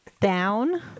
Down